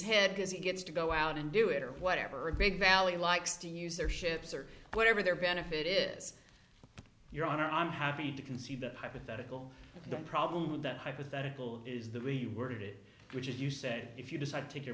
head because he gets to go out and do it or whatever big valley likes to use their ships or whatever their benefit is your honor i'm happy to concede the hypothetical the problem with that hypothetical is the reworded which is you said if you decide to take your